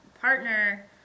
partner